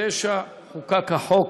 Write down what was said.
1989 חוקק החוק